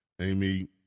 Amy